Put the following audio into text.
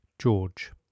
George